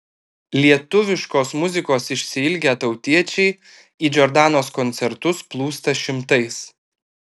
lietuviškos muzikos išsiilgę tautiečiai į džordanos koncertus plūsta šimtais